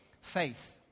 faith